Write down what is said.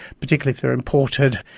particularly if they are imported.